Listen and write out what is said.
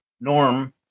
Norm